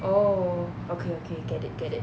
oh okay okay get it get it